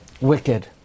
wicked